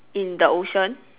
in the ocean